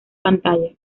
pantalla